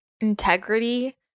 integrity